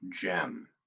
Gem